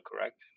correct